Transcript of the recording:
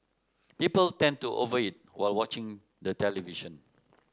people tend to over eat while watching the television